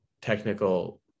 technical